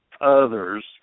others